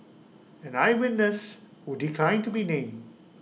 an eye witness who declined to be named